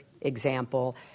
example